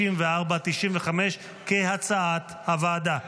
94, 95, כהצעת הוועדה.